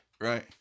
right